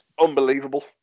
unbelievable